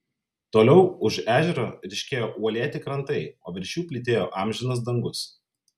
toliau už ežero ryškėjo uolėti krantai o virš jų plytėjo amžinas dangus